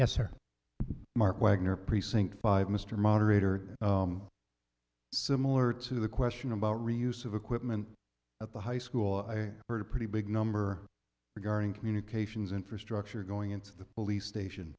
or mark wagner precinct five mr moderator similar to the question about reuse of equipment at the high school i heard a pretty big number regarding communications infrastructure going into the police station